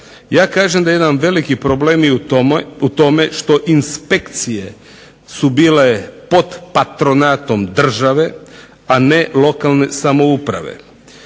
Ja kažem da jedan veliki problem je u tome što inspekcije su bile pod patronatom države a ne lokalne samouprave.